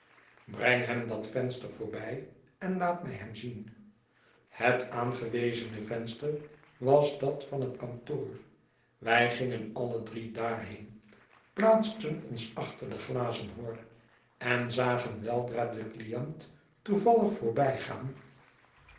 breng hem dat venster voorbij en laat mij hem zien het aangewezene venster was dat van het kantoor wij gingen alie drie daarheen plaatsten ons achter de gazen hor en zagen weldra den client toevallig